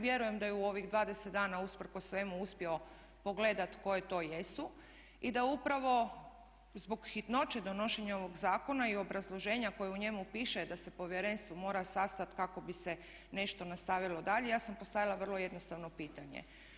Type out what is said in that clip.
Vjerujem da je u ovih 20 dana usprkos svemu uspio pogledati koje to jesu i da upravo zbog hitnoće donošenja ovog zakona i obrazloženja koje u njemu piše da se povjerenstvo mora sastati kako bi se nešto nastavilo dalje ja sam postavila vrlo jednostavno pitanje.